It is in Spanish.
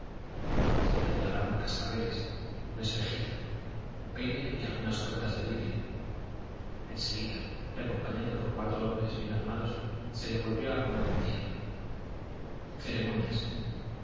se le regalaron cascabeles un espejito un peine y algunas cuentas de vidrio en seguida y acompañado por cuatro hombres bien armados se le volvió a poner en tierra ceremonias